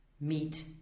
meet